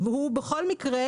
והוא בכל מקרה,